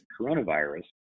coronavirus